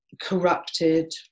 corrupted